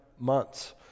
Months